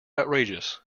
outrageous